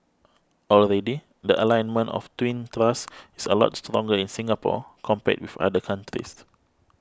already the alignment of twin thrusts is a lot stronger in Singapore compared with other countries